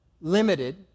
limited